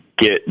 get